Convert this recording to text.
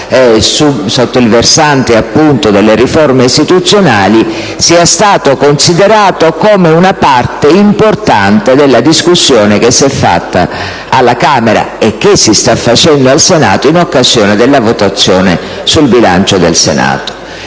sotto il versante delle riforme istituzionali, sia stata considerata come una parte importante della discussione svolta alla Camera, che ora si sta facendo al Senato, in occasione della votazione sul bilancio interno.